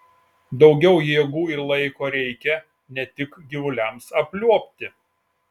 daugiau jėgų ir laiko reikia ne tik gyvuliams apliuobti